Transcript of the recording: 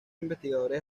investigadores